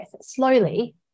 slowly